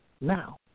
Now